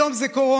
היום זה קורונה,